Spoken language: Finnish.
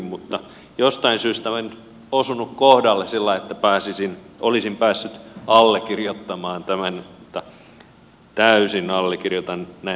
mutta jostain syystä en osunut kohdalle sillai että olisin päässyt allekirjoittamaan tämän mutta täysin allekirjoitan näin henkisesti